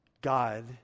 God